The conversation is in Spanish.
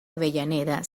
avellaneda